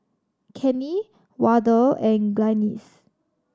Kenny Wardell and Glynis